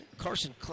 Carson